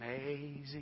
amazing